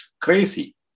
crazy